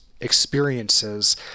experiences